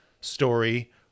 story